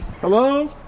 Hello